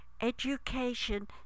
education